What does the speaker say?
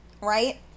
right